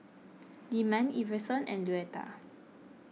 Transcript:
Lyman Iverson and Luetta